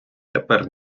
тепер